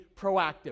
proactive